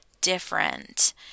different